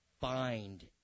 find